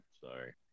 Sorry